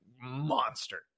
monster